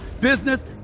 business